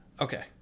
Okay